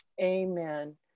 Amen